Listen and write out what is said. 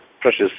precious